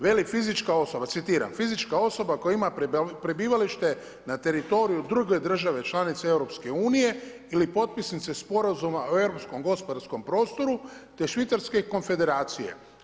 Veli fizička osoba, citiram: „Fizička osoba koja ima prebivalište na teritoriju druge države članice EU ili potpisnice Sporazuma o europskom gospodarskom prostoru, te švicarske konfederacije.